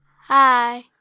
Hi